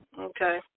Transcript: Okay